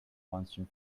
constant